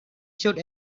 showed